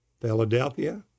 Philadelphia